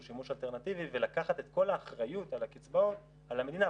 שימוש אלטרנטיבי ולקחת את כל האחריות על הקצבאות על המדינה,